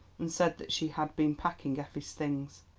and said that she had been packing effie's things.